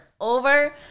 over